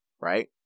right